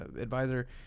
advisor